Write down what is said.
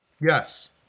Yes